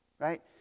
Right